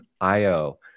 IO